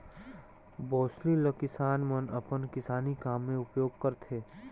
बउसली ल किसान मन अपन किसानी काम मे उपियोग करथे